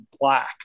Black